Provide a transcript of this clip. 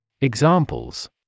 Examples